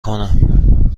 کنم